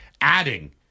adding